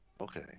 okay